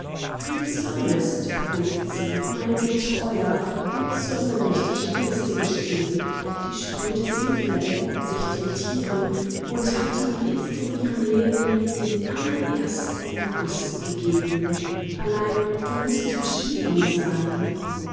du zürnest ruft sie mein getreuer o zürne nicht ich will es dir gestehn die spröde sylvia ergibt sich dem tiren und hat ihm itzt in ihrem leben den allerersten kuß gegeben allein du mußt verschwiegen sein